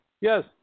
Yes